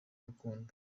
gukunda